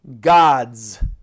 God's